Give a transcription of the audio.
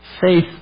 Faith